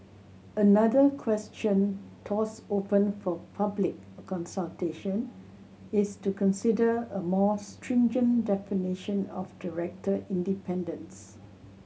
another question tossed open for public consultation is to consider a more stringent definition of director independence